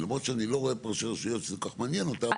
למרות שאני לא רואה פה ראשי רשויות שזה כל כך מעניין אותם,